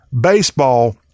baseball